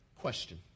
Question